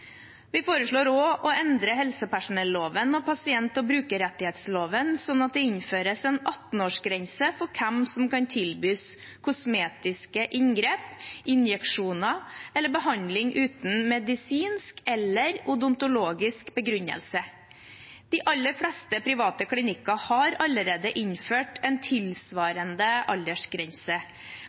Vi foreslår også å endre helsepersonelloven og pasient- og brukerrettighetsloven slik at det innføres en 18-årsgrense for hvem som kan tilbys kosmetiske inngrep, injeksjoner eller behandling uten medisinsk eller odontologisk begrunnelse. De aller fleste private klinikker har allerede innført en tilsvarende aldersgrense,